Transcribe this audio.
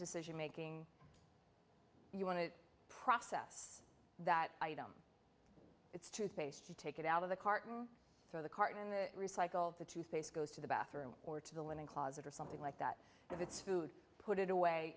decision making you want to process that item it's toothpaste you take it out of the carton throw the carton in the recycle the toothpaste goes to the bathroom or to the linen closet or something like that if it's food put it away